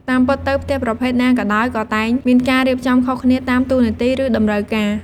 តាមពិតទៅផ្ទះប្រភេទ ណាក៏ដោយ ក៏តែងមានការរៀបចំខុសគ្នាតាមតួនាទី ឬតម្រូវការ។